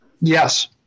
Yes